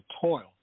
toil